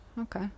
Okay